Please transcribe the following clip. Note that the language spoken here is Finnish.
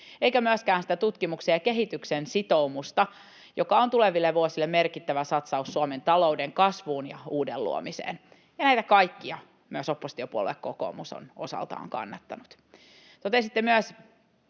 eivätkä myöskään sitä tutkimuksen ja kehityksen sitoumusta, joka on tuleville vuosille merkittävä satsaus Suomen talouden kasvuun ja uuden luomiseen. Näitä kaikkia myös oppositiopuolue kokoomus on osaltaan kannattanut. Totesitte myös,